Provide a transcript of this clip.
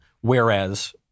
Whereas